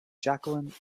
jacqueline